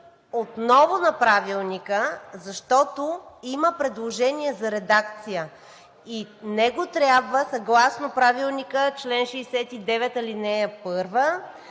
отново на Правилника, защото има предложение за редакция и него трябва съгласно Правилника, чл. 69, ал. 1,